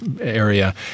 area